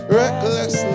reckless